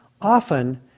Often